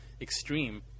extreme